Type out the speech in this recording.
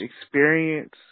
experience